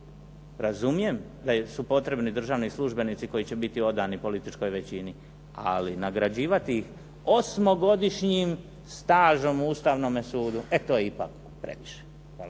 Razumijem da su potrebni državni službenici koji će biti odani političkoj većini ali nagrađivati ih osmogodišnjim stažom u Ustavnome sudu e to je ipak previše.